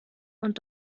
und